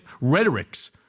rhetorics